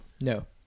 No